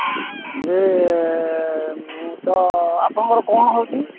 ଯେ ମୁଁ ତ ଆପଣଙ୍କର କ'ଣ ହେଉଛି